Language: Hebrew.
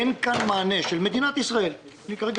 אין כאן מענה של מדינת ישראל אני כרגע